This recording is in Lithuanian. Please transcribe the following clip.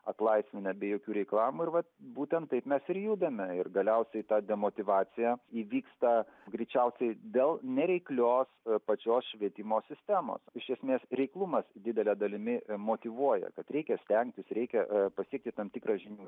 atlaisvinę be jokių reklamų ir vat būtent taip mes ir judame ir galiausiai ta demotyvacija įvyksta greičiausiai dėl nereiklios pačios švietimo sistemos iš esmės reiklumas didele dalimi motyvuoja kad reikia stengtis reikia pasieki tam tikrą žinių